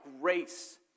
grace